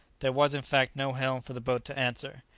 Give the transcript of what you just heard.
there was, in fact, no helm for the boat to answer.